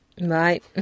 Right